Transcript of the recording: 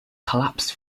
collapsed